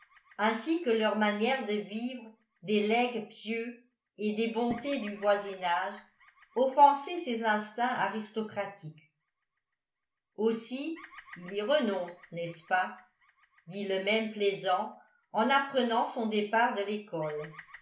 ainsi que leur manière de vivre des legs pieux et des bontés du voisinage offensaient ses instincts aristocratiques aussi il y renonce n'est-ce pas dit le même plaisant en apprenant son départ de l'école